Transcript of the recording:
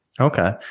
Okay